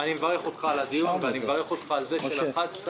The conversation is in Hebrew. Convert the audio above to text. אני מברך אותך על הדיון ועל זה שלחצת,